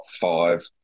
five